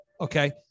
Okay